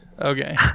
Okay